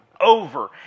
over